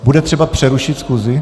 Bude třeba přerušit schůzi?